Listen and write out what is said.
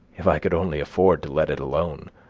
if i could only afford to let it alone.